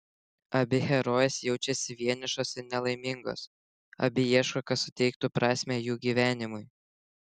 abi herojės jaučiasi vienišos ir nelaimingos abi ieško kas suteiktų prasmę jų gyvenimui